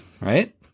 Right